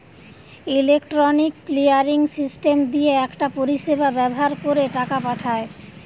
electronic clearing system দিয়ে একটা পরিষেবা ব্যাভার কোরে টাকা পাঠায়